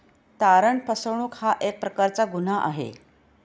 तारण फसवणूक हा एक प्रकारचा गुन्हा आहे